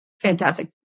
Fantastic